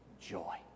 joy